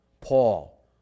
Paul